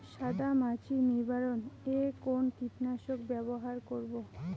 সাদা মাছি নিবারণ এ কোন কীটনাশক ব্যবহার করব?